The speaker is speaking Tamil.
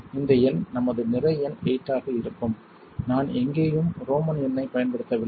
எனவே இந்த எண் நமது நிறை எண் 8 ஆக இருக்கும் நான் எங்கேயும் ரோமன் எண்ணை பயன்படுத்தவில்லை